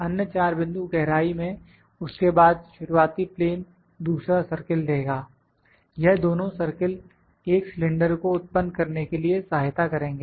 अन्य 4 बिंदु गहराई में उसके बाद शुरुआती प्लेन दूसरा सर्किल देगा यह दोनों सर्किल एक सिलेंडर को उत्पन्न करने के लिए सहायता करेंगे